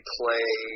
play